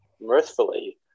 mirthfully